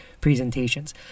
presentations